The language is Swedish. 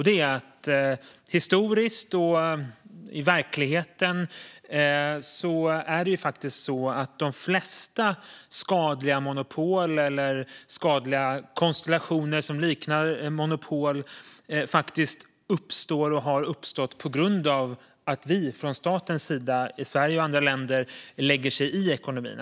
Det är att historiskt sett och i verkligheten är det faktiskt så att de flesta skadliga monopol eller konstellationer som liknar monopol uppstår och har uppstått på grund av att man från statens sida i Sverige och andra länder lägger sig i ekonomin.